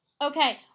Okay